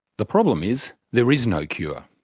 the problem is, there is no cure.